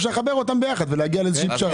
אפשר לחבר אותם ביחד ולהגיע לאיזו פשרה.